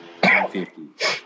150